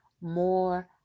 more